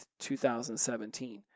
2017